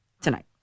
tonight